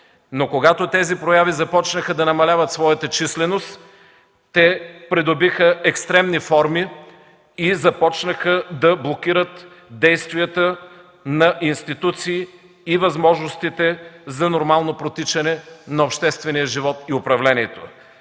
но когато тези прояви започнаха да намаляват своята численост, те придобиха екстремни форми и започнаха да блокират действията на институции и възможностите за нормално протичане на обществения живот и управлението.